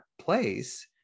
place